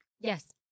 Yes